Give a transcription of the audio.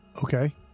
Okay